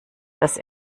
dass